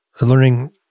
learning